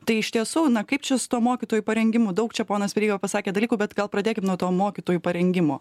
tai iš tiesų na kaip čia su tup mokytojų parengimu daug čia ponas veryga pasakė dalykų bet gal pradėkim nuo to mokytojų parengimo